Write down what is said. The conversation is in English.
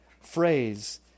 phrase